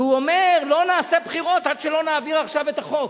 והוא אומר: לא נעשה בחירות עד שלא נעביר עכשיו את החוק.